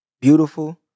beautiful